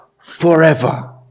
forever